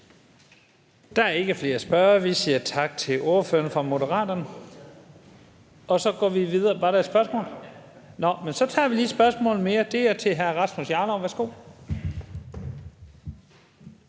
Der er ikke flere spørgere, og vi siger tak til ordføreren fra Moderaterne. Var der et spørgsmål? Nå, men så tager vi lige et spørgsmål mere. Det er til hr. Rasmus Jarlov. Værsgo.